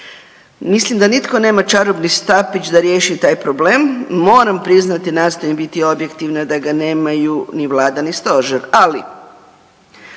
Mislim da nitko nema čarobni štapić da riješi taj problem. Moram priznati i nastojim biti objektivna da ga nemaju ni vlada ni stožer, ali